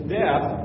death